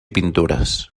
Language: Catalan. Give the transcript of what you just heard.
pintures